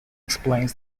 explains